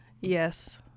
yes